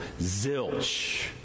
zilch